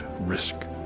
risk